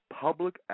public